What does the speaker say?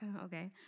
okay